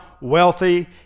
wealthy